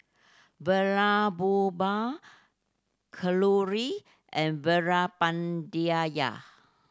Vallabhbhai Kalluri and Veerapandiya